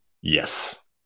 Yes